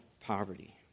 poverty